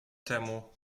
temu